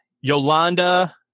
Yolanda